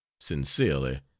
Sincerely